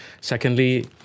Secondly